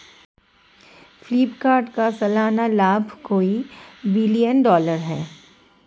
फ्लिपकार्ट का सालाना लाभ कई बिलियन डॉलर है